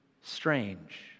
strange